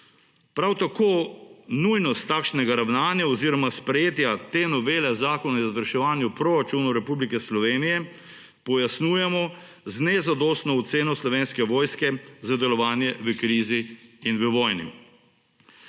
Prav tako nujnost takšnega ravnanja oziroma sprejetja te novele zakona o izvrševanju proračunov Republike Slovenije pojasnjujemo z nezadostno oceno Slovenske vojske za delovanje v krizi in v vojni.